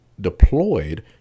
deployed